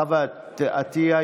חוה אתי עטייה,